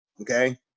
okay